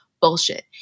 bullshit